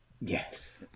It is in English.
Yes